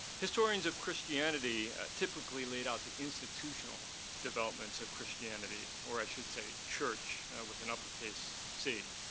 historians of christianity typically laid out the institutional developments of christianity, or i should say church with an uppercase c.